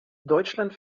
deutschland